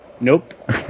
Nope